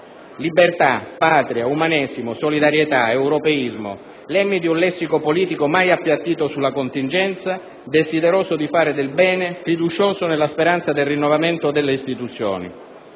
Libertà, Patria, umanesimo, solidarietà, europeismo: lemmi di un lessico politico mai appiattito sulla contingenza, desideroso di fare del bene, fiducioso nella speranza del rinnovamento delle istituzioni.